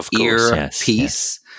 earpiece